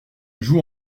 joue